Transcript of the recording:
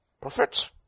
prophets